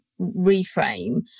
reframe